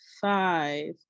five